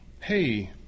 hey